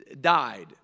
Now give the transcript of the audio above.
died